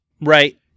Right